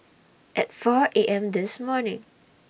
At four A M This morning